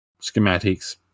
schematics